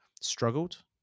struggled